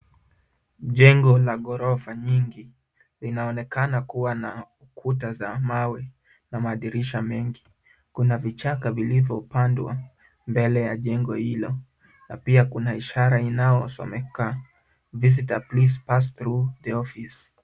Jengo la ghorofa nyingi linaonekana kuwa na kuta za mawe na madirisha mengi. Kuna vichaka vilivyopandwa mbele ya jengo hilo na pia kuna ishara inayosomeka Visitor Please Pass through the Office .